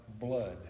blood